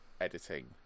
editing